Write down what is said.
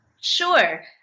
Sure